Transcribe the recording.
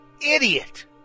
idiot